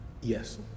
Yes